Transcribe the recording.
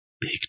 Big